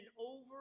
over